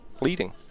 leading